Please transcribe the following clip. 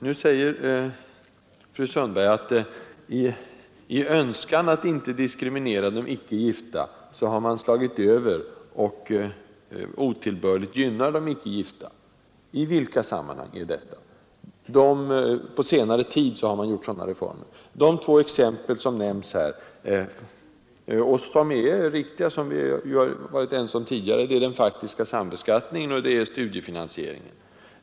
Fru Sundberg säger att i sin önskan att inte diskriminera de icke gifta har man slagit över och på senare tid genomfört reformer som otillbörligt gynnar de icke gifta. I vilka sammanhang sker det? De två exempel som nämnts här gäller sådant som vi varit ense om tidigare: den faktiska undanröja ekonomisk diskriminering av äktenskapet undanröja ekonomisk diskriminering av äktenskapet sambeskattningen och studiefinansieringen.